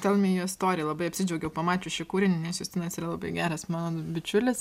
tell me your story labai apsidžiaugiau pamačius šį kūrinį nes justinas yra labai geras mano bičiulis